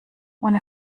ohne